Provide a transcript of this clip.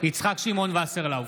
יצחק שמעון וסרלאוף,